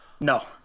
no